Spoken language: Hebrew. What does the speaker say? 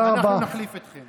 אנחנו נחליף אתכם.